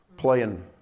playing